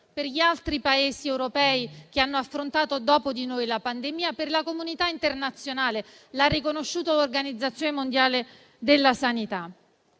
per gli altri Paesi europei che hanno affrontato dopo di noi la pandemia e per la comunità internazionale. L'ha riconosciuto l'Organizzazione mondiale della sanità.